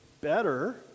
better